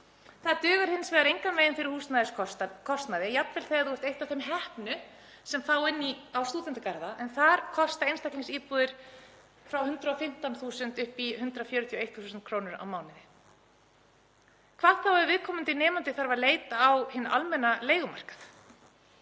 Það dugar hins vegar engan veginn fyrir húsnæðiskostnaði, jafnvel þegar þú ert eitt af þeim heppnu sem fá inni á stúdentagörðum, en þar kosta einstaklingsíbúðir frá 115.000 kr. upp í 141.000 kr. á mánuði, hvað þá ef viðkomandi nemandi þarf að leita á hinn almenna leigumarkað.